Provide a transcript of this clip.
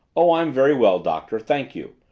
oh, i'm very well, doctor, thank you.